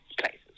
places